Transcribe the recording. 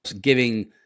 giving